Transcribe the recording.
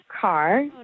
car